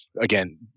again